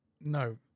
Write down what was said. No